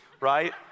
Right